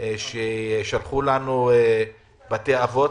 ששלחו לנו בתי האבות,